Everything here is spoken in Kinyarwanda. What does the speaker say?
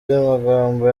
magambo